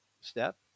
step